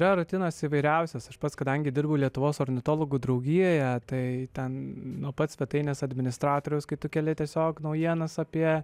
jo rutinos įvairiausios aš pats kadangi dirbu lietuvos ornitologų draugijoje tai ten nuo pat svetainės administratoriaus kai tu keli tiesiog naujienas apie